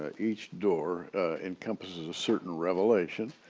ah each door encompasses a certain revelation.